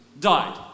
died